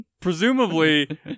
Presumably